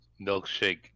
milkshake